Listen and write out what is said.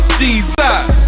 jesus